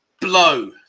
blow